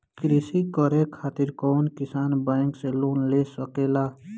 कृषी करे खातिर कउन किसान बैंक से लोन ले सकेला?